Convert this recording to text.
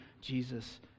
Jesus